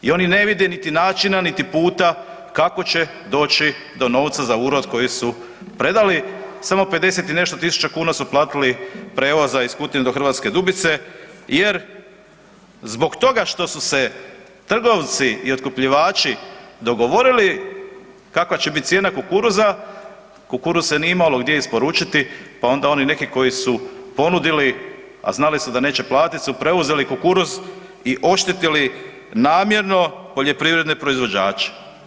I oni ne vide niti načina niti puta kako će doći do novca za urod koji su predali, samo 50 i nešto tisuća kn su platili prijevoza iz Kutine do Hrvatske Dubice jer zbog toga što su se trgovci i otkupljivači dogovorili kakva će biti cijena kukuruza, kukuruz se nije imalo gdje isporučiti pa onda oni neki koji su ponudili a znali su da neće platiti su preuzeli kukuruz i oštetili namjerno poljoprivredne proizvođače.